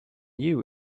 new